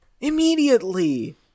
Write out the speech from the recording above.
immediately